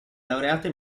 laureata